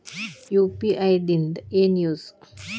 UPI ದಿಂದ ಏನು use?